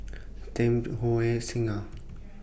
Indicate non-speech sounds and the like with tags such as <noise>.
Tempt Huawei Singha <noise>